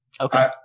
Okay